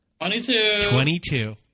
22